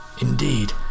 indeed